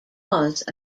cause